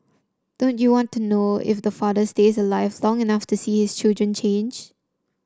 don't you want to know if the father stays alive long enough to see his children change